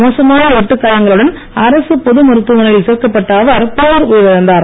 மோசமான வெட்டுக் காயங்களுடன் அரசு பொது மருத்துவமனையில் சேர்க்கப்பட்ட அவர் பின்னர் உயிரிழந்தார்